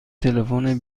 تلفن